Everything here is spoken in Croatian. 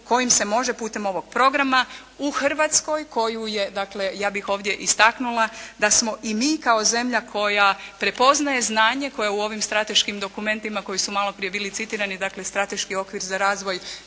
kojim se može putem ovog programa u Hrvatskoj koju je, dakle, ja bih ovdje istaknula da smo i mi kao zemlja koja prepoznaje znanje, koja u ovim strateškim dokumentima koji su malo prije bili citirani dakle, strateški okvir za razvoj